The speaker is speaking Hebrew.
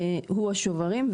הוא השוברים.